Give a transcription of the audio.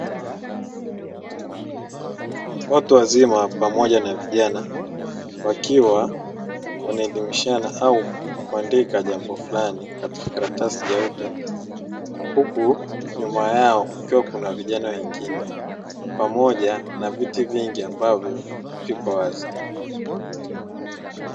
Watu wazima pamoja na vijana wakiwa wanaelimishana au kuandika jambo fulani katika karatasi jeupe. Huku nyuma yao kukiwa na vijana wengine pamoja na viti vingi ambavyo viko wazi.